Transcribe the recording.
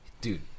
dude